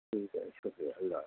ٹھیک ہے شکریہ اللہ حافظ